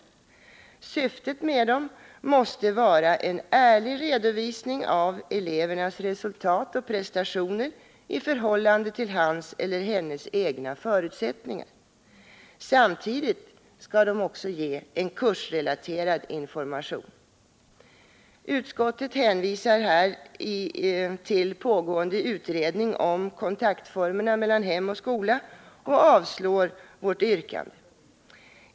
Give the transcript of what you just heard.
Syftet med dem måste vara en ärlig redovisning av elevens resultat och prestationer i förhållande till hans eller hennes egna förutsättningar. Samtidigt skall de ge en kursrelaterad information. Utskottet hänvisar i den frågan till pågående utredning om formerna för kontakterna mellan hem och skola och avstyrker vårt yrkande.